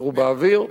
ירו באוויר,